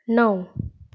णव